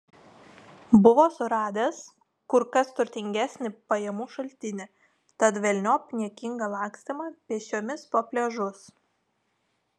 buvo suradęs kur kas turtingesnį pajamų šaltinį tad velniop niekingą lakstymą pėsčiomis po pliažus